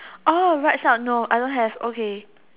oh right side no I don't have okay